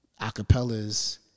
acapellas